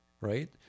right